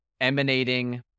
emanating